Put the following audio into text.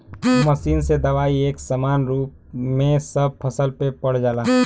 machine से दवाई एक समान रूप में सब फसल पे पड़ जाला